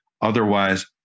Otherwise